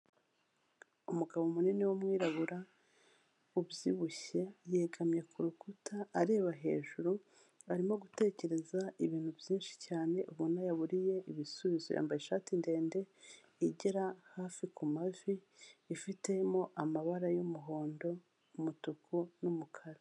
Umugabo munini w'umwirabura, ubyibushye, yegamye ku rukuta areba hejuru, arimo gutekereza ibintu byinshi cyane, ubona yaburiye ibisubizo, yambaye ishati ndende igera hafi kumavi, ifitemo amabara y'umuhondo, umutuku, n'umukara.